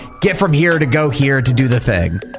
get-from-here-to-go-here-to-do-the-thing